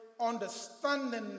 understanding